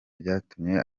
byatumye